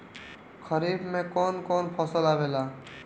खरीफ में कौन कौन फसल आवेला?